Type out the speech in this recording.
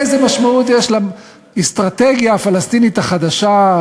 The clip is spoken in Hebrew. איזה משמעות יש לאסטרטגיה הפלסטינית החדשה,